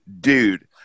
dude